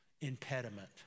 impediment